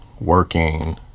working